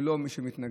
ולא מי שמתנגד.